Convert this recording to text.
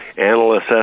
Analysts